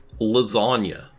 Lasagna